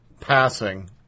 passing